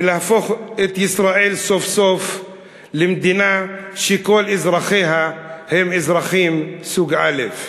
ולהפוך את ישראל סוף-סוף למדינה שכל אזרחיה הם אזרחים סוג א'.